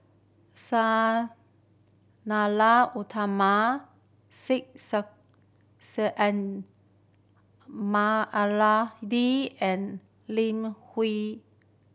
Sang Nila Utama Syed and Lim Hwee